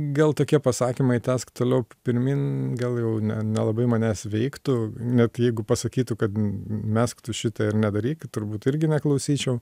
gal tokie pasakymai tęsk toliau pirmyn gal jau ne nelabai manęs veiktų net jeigu pasakytų kad mesk tu šitą ir nedaryk turbūt irgi neklausyčiau